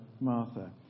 Martha